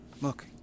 Look